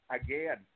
again